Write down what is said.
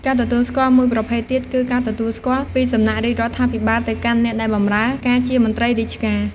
ការទទួលស្គាល់មួយប្រភេទទៀតគឺ ការទទួលស្គាល់ពីសំណាក់រាជរដ្ឋាភិបាលទៅកាន់អ្នកដែលបម្រើការជាមន្ត្រីរាជការ។